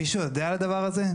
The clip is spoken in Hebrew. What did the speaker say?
מישהו יודע על הדבר הזה?